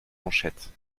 manchettes